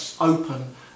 open